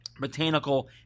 botanical